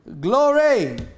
Glory